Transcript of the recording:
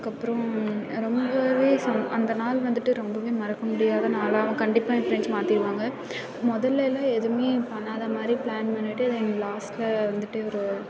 அதுக்குப்பறம் ரொம்ப அந்த நாள் வந்துட்டு ரொம்ப மறக்கவே முடியாத நாளாகவும் கண்டிப்பாக என் ஃப்ரண்ட்ஸ் மாத்திடுவாங்க மொதல்ல எதுவுமே பண்ணாத மாதிரி ப்ளான் பண்ணிட்டு இது எங்கள் லாஸ்ட்டில் வந்துட்டு ஒரு